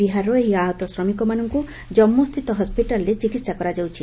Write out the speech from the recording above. ବିହାରର ଏହି ଆହତ ଶ୍ରମିକମାନଙ୍କୁ ଜମ୍ମୁସ୍ଥିତ ହସ୍କିଷ୍ଟାଲ୍ରେ ଚିକିତ୍ସା କରାଯାଉଛି